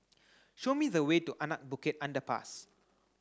show me the way to Anak Bukit Underpass